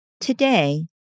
Today